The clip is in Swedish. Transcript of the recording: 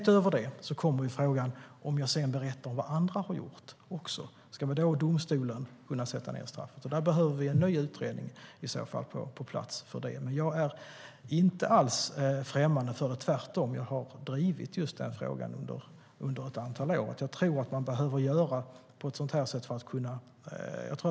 Till detta kommer frågan: Ska domstolen kunna sätta ned straffet ifall personen också berättar vad andra har gjort? I så fall behöver vi en ny utredning som tittar på det. Jag är inte alls främmande för det. Tvärtom har jag drivit just den frågan under ett antal år. Jag tror att vi behöver agera på ett sådant sätt.